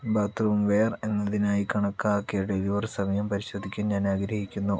bathroom ware എന്നതിനായി കണക്കാക്കിയ deliver സമയം പരിശോധിക്കാൻ ഞാൻ ആഗ്രഹിക്കുന്നു